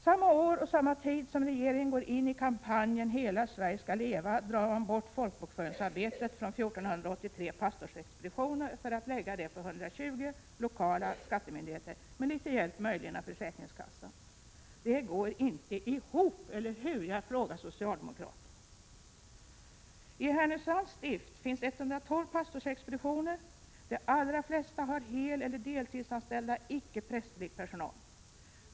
Samma år och samma tid som regeringen går in i kampanjen ”Hela Sverige skallleva!” drar man bort folkbokföringsarbetet från 1 483 pastorsexpeditioner för att lägga det på 120 lokala skattemyndigheter, möjligen med litet hjälp från försäkringskassan. Det går inte ihop, eller hur? Jag frågar socialdemokraterna. I Härnösands stift finns 112 pastorsexpeditioner. De allra flesta har heleller deltidsanställd icke prästerlig personal.